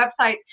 website